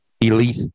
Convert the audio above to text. elite